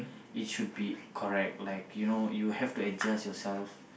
it should be correct like you know you have to adjust yourself